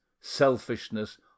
selfishness